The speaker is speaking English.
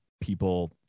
people